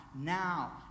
now